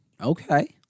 Okay